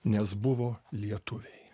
nes buvo lietuviai